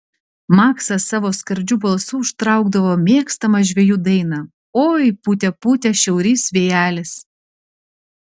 maksas savo skardžiu balsu užtraukdavo mėgstamą žvejų dainą oi pūtė pūtė šiaurys vėjelis